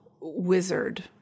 wizard